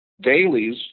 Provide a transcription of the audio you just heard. dailies